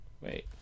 Wait